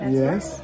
yes